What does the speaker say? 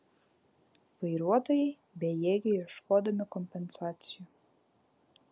vairuotojai bejėgiai ieškodami kompensacijų